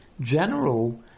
general